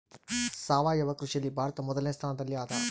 ಸಾವಯವ ಕೃಷಿಯಲ್ಲಿ ಭಾರತ ಮೊದಲನೇ ಸ್ಥಾನದಲ್ಲಿ ಅದ